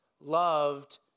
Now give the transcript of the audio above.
loved